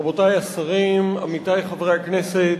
תודה רבה, רבותי השרים, עמיתי חברי הכנסת,